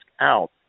out